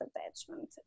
attachment